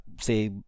say